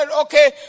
okay